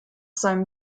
seinem